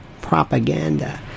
propaganda